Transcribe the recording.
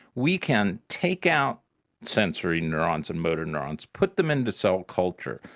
we can take out sensory neurons and motor neurons, put them into cell culture,